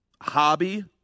hobby